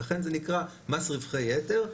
לכן זה נקרא מס רווחי יתר,